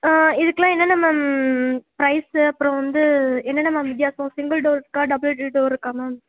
இதுக்கெலாம் என்னென்ன ma'am price அப்புறம் வந்து என்னென்ன மேம் வித்தியாசம் சிங்கிள் டோர் இருக்கா டபுள் டோர் இருக்கா மேம்